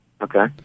Okay